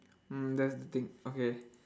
mm that's the thing okay